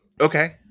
okay